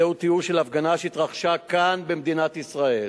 זהו תיאור של הפגנה שהתרחשה כאן במדינת ישראל